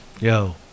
Yo